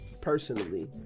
personally